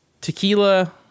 Tequila